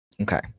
Okay